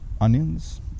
onions